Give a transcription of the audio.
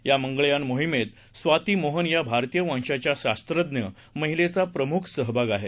या मंगळयान मोहिमेत स्वाती मोहन या भारतीय वंशाच्या शास्त्रज्ञ महिलेचा प्रमुख सहभाग आहे